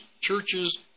churches